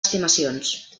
estimacions